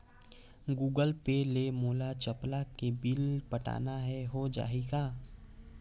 Google Pay ले मोल चपला के बिल पटाना हे, हो जाही का?